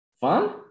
fun